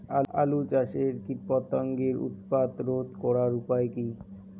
আলু চাষের কীটপতঙ্গের উৎপাত রোধ করার উপায় কী?